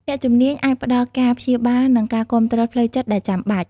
អ្នកជំនាញអាចផ្តល់ការព្យាបាល និងការគាំទ្រផ្លូវចិត្តដែលចាំបាច់។